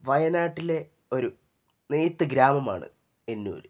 വയനാട്ടിലെ ഒരു നെയ്ത്ത് ഗ്രാമമാണ് എന്നൂര്